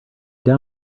down